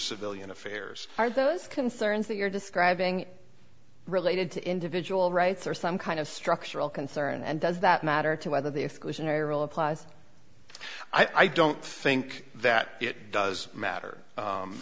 civilian affairs are those concerns that you're describing related to individual rights or some kind of structural concern and does that matter to whether the if applies i don't think that it does matter